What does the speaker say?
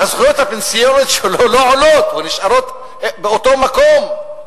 הזכויות הפנסיוניות שלו לא עולות או נשארות באותו מקום.